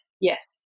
yes